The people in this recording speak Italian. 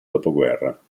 dopoguerra